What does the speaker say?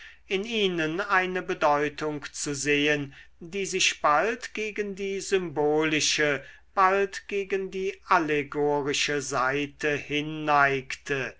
in ihnen eine bedeutung zu sehen die sich bald gegen die symbolische bald gegen die allegorische seite